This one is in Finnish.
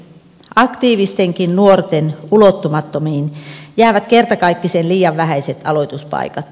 aktiivistenkin nuorten ulottumattomiin jäävät kertakaikkisen liian vähäiset aloituspaikat